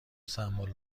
سمبل